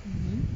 mmhmm